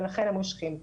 ולכן הם מושכים.